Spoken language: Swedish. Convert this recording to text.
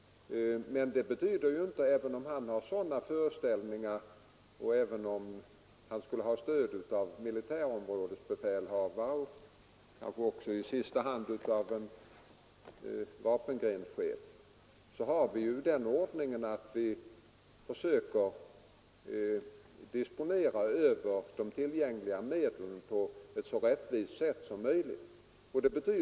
Men även om han har sådana föreställningar och även om han skulle ha stöd av militärbefälhavaren — kanske också i sista hand av vapengrenschefen — så har vi den ordningen att vi måste disponera de för markförvärv tillgängliga medlen på ett så rättvist sätt som möjligt.